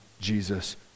Jesus